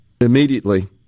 immediately